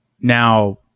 now